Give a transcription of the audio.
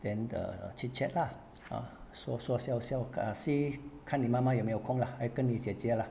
then err chit chat lah ha 说说笑笑 ah see 看你妈妈有没有空 lah 跟你姐姐啦